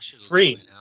Free